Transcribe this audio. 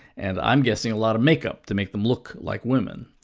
and i'm guessing a lot of makeup to make them look like women.